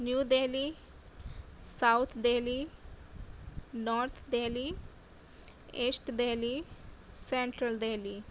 new Delhi south Delhi north Delhi east Delhi central Delhi